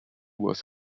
was